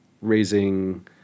raising